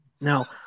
now